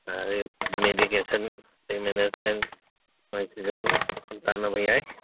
ꯑꯗꯒꯤ ꯃꯦꯗꯤꯀꯦꯁꯟ ꯑꯗꯒꯤ ꯃꯦꯅꯦꯖꯃꯦꯟ ꯃꯣꯏꯁꯤ ꯑꯗꯨꯝ ꯇꯥꯟꯅꯕ ꯌꯥꯏ